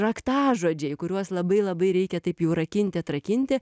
raktažodžiai kuriuos labai labai reikia taip jau rakinti atrakinti